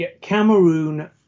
Cameroon